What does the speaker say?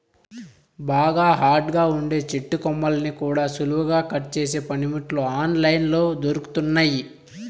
బాగా హార్డ్ గా ఉండే చెట్టు కొమ్మల్ని కూడా సులువుగా కట్ చేసే పనిముట్లు ఆన్ లైన్ లో దొరుకుతున్నయ్యి